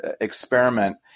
experiment